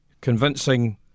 convincing